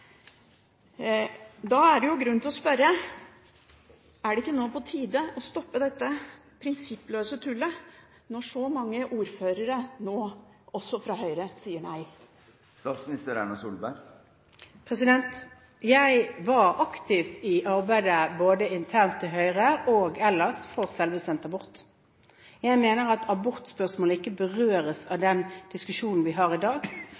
Da er det grunn til å spørre: Er det ikke nå på tide å stoppe dette prinsippløse tullet når så mange ordførere – nå også fra Høyre – sier nei? Jeg var aktiv i arbeidet, både internt i Høyre og ellers, for selvbestemt abort. Jeg mener at abortspørsmålet ikke berøres av den diskusjonen vi har i dag.